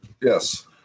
Yes